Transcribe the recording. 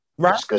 Right